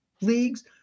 leagues